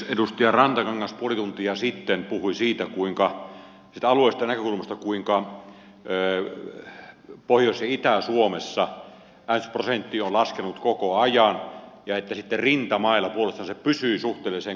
edustaja rantakangas puoli tuntia sitten puhui siitä alueellisesta näkökulmasta kuinka pohjois ja itä suomessa äänestysprosentti on laskenut koko ajan ja sitten rintamailla puolestaan se pysyy suhteellisen korkeana